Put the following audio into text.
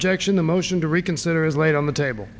objection the motion to reconsider is laid on the table